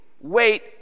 Wait